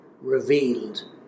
revealed